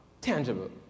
tangible